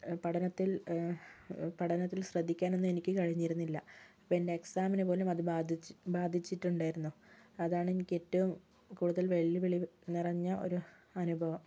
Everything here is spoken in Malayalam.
പഠനത്തിൽ പഠനത്തിൽ ശ്രദ്ധിക്കാനൊന്നും എനിക്ക് കഴിഞ്ഞിരുന്നില്ല പിന്നെ എക്സാമിനുപോലും അത് ബാധിച്ചു ബാധിച്ചിട്ടുണ്ടായിരുന്നു അതാണെനിക്ക് ഏറ്റവും കൂടുതൽ വെല്ലുവിളി നിറഞ്ഞ ഒരു അനുഭവം